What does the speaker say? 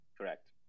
Correct